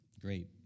Great